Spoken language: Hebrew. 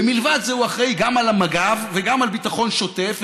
ומלבד זה הוא אחראי גם על מג"ב וגם על ביטחון שוטף,